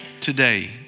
today